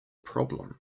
problem